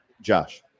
Josh